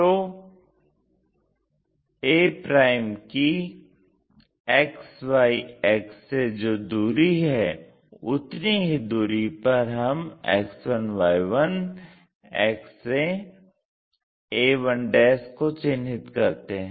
तो a की XY अक्ष से जो दूरी है उतनी ही दूरी पर हम X1Y1 अक्ष से a1 को चिन्हित करते हैं